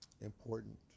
important